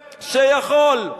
שיכול,